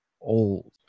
old